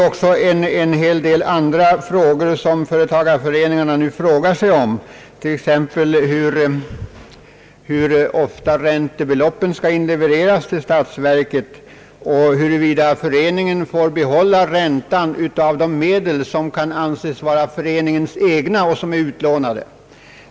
Företagareföreningarna har också en del andra frågor att ställa, t.ex. hur ofta räntebeloppen skall inlevereras till statsverket och huruvida föreningen får behålla räntan av de medel, som kan anses vara föreningens egna men som är utlånade.